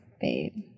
babe